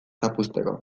zapuzteko